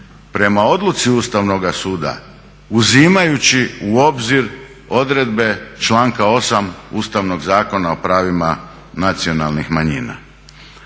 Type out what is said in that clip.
prema odluci Ustavnoga suda uzimajući u obzir odredbe članka 8. Ustavnog zakona o pravima nacionalnih manjina.